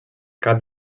cap